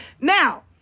Now